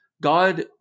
God